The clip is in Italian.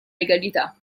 legalità